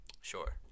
Sure